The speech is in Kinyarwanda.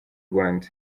rwanda